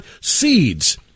seeds